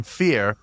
fear